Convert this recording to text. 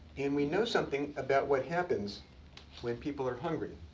and we know something about what happens when people are hungry.